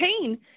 pain